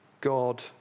God